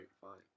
fine